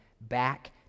back